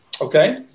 Okay